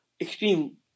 extreme